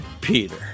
Peter